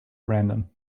random